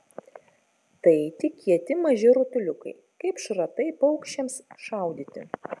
tai tik kieti maži rutuliukai kaip šratai paukščiams šaudyti